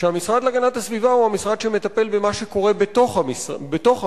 שהמשרד להגנת הסביבה הוא המשרד שמטפל במה שקורה בתוך המפעל,